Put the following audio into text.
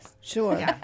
Sure